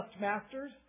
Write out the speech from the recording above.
masters